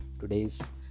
today's